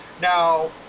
Now